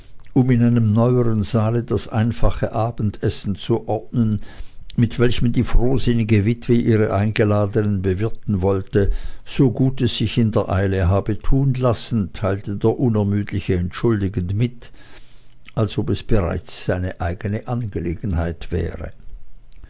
um in einem neuern saale das einfache abendessen zu ordnen mit welchem die frohsinnige witwe ihre eingeladenen bewirten wollte so gut es sich in der eile habe tun lassen teilte der unermüdliche entschuldigend mit als ob es bereits seine eigene angelegenheit wäre